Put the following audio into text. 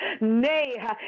Nay